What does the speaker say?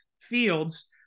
Fields